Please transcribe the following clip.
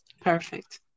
Perfect